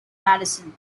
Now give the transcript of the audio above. madison